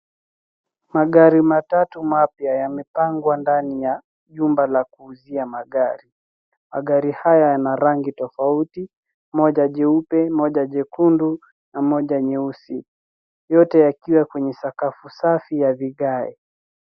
Magari matatu mapya yamepangwa ndani ya jumba la kuuzia magari. Magari haya yana rangi tofauti moja jeupe, moja jekundu na moja nyeusi, yote yakiwa kwenye sakafu safi ya vigae.